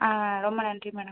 ஆ ரொம்ப நன்றி மேடம்